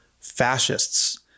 fascists